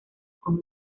con